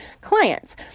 clients